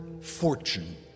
fortune